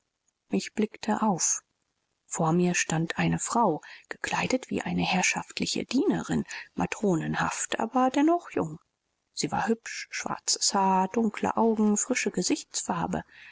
ich blickte auf vor mir stand eine frau gekleidet wie eine herrschaftliche dienerin matronenhaft aber dennoch jung sie war hübsch schwarzes haar dunkle augen frische gesichtsfarbe